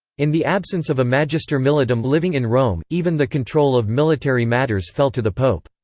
in the absence of a magister militum living in rome, even the control of military matters fell to the pope.